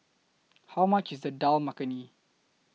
How much IS The Dal Makhani